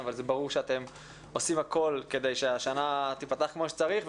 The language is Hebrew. אבל ברור שאתם עושים הכול כדי שהשנה תיפתח כמו שצריך.